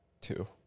Two